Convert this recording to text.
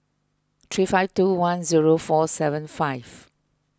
three five two one zero four seven five